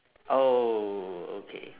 oh okay